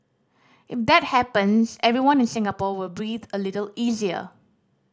if that happens everyone in Singapore will breathe a little easier